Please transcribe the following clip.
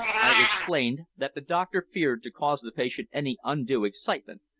i explained that the doctor feared to cause the patient any undue excitement,